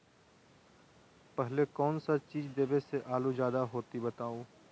पहले कौन सा चीज देबे से आलू ज्यादा होती बताऊं?